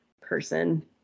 person